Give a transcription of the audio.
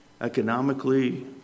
economically